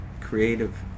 Creative